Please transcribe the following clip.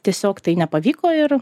tiesiog tai nepavyko ir